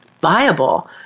viable